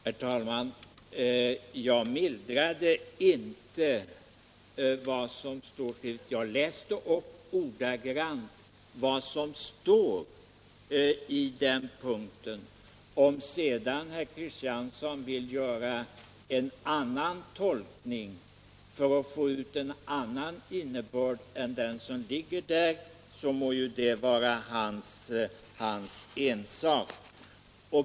Herr talman! Jag mildrade inte vad som står, jag läste ordagrant upp vad som står i den punkten. Om sedan herr Kristiansson vill göra en annan tolkning för att få ut en annan innebörd än den som finns där, må det vara hans ensak.